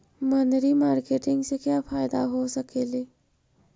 मनरी मारकेटिग से क्या फायदा हो सकेली?